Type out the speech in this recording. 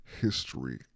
history